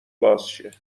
بازشه